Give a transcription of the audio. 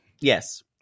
yes